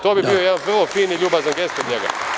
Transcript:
To bi bio jedan vrlo fin i ljubazan gest od njega.